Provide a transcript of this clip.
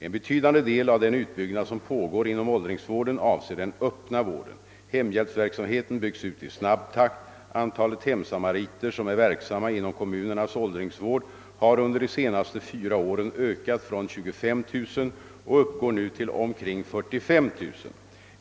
En betydande del av den utbyggnad som pågår inom åldringsvården avser den öppna vården. Hemhjälpsverksamheten byggs ut i snabb takt. Antalet hemsamariter som är verksamma inom kommunernas åldringsvård har under de senaste fyra åren ökat med 25 000 och uppgår nu till omkring 45 000.